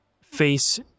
face